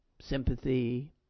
sympathy